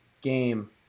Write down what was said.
game